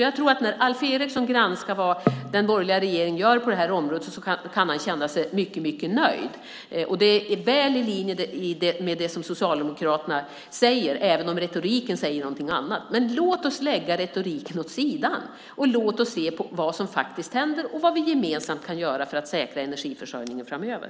Jag tror att när Alf Eriksson granskar vad den borgerliga regeringen gör på det här området kan han känna sig mycket nöjd. Det är väl i linje med det som Socialdemokraterna säger, även om retoriken säger någonting annat. Låt oss lägga retoriken åt sidan och se vad som faktiskt händer och vad vi gemensamt kan göra för att säkra energiförsörjningen framöver!